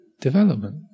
development